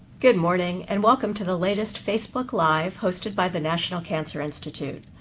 good morning, and welcome to the latest facebook live hosted by the national cancer institute.